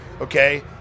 okay